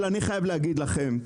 אבל אני חייב להגיד לכם,